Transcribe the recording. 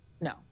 No